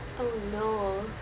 oh no